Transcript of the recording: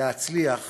להצליח